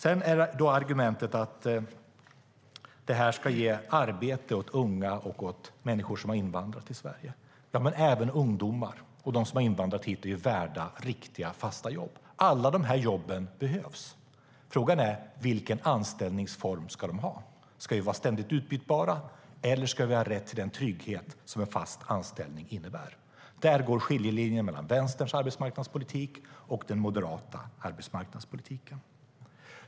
Ett annat argument är att detta ska ge arbete åt unga och människor som invandrat till Sverige. Men även ungdomar och de som invandrat hit är värda riktiga, fasta jobb. Alla de här jobben behövs. Frågan är vilken anställningsform de ska ha. Ska de vara ständigt utbytbara, eller ska de ha rätt till den trygghet som en fast anställning innebär? Där går skiljelinjen mellan Vänsterns arbetsmarknadspolitik och den moderata arbetsmarknadspolitiken.